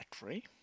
battery